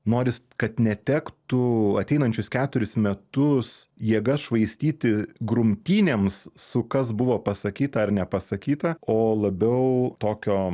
norisi kad netektų ateinančius keturis metus jėgas švaistyti grumtynėms su kas buvo pasakyta ar nepasakyta o labiau tokio